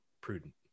prudent